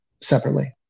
separately